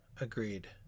agreed